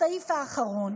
הסעיף האחרון,